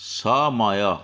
ସମୟ